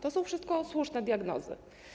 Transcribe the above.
To są wszystko słuszne diagnozy.